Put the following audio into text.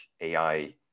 AI